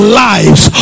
lives